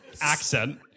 accent